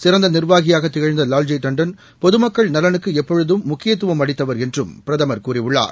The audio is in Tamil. சிறந்தநிர்வாகியாகதிகழ்ந்தலால்ஜி தாண்டன் பொதுமக்கள் நலனுக்குளப்பொழுதும் முக்கியத்துவம் அளித்தவர் என்றும் பிரதமர் கூறியுள்ளார்